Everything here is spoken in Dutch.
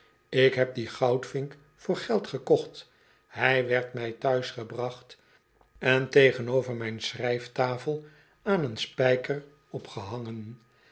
ik heb dien goudvink voor geld gekocht hij werd mij thuisgebracht en tegenover myn schrijftafel aan een spijker opgehangen